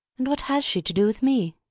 and what has she to do with me?